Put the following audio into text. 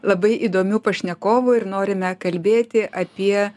labai įdomių pašnekovų ir norime kalbėti apie